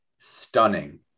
stunning